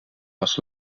was